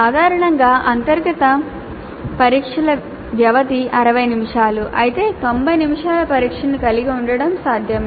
సాధారణంగా అంతర్గత పరీక్షల వ్యవధి 60 నిమిషాలు అయితే 90 నిమిషాల పరీక్షను కలిగి ఉండటం సాధ్యమే